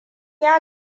ya